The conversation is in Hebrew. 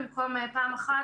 במקום פעם אחת,